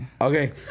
okay